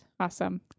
Awesome